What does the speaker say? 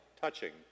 touching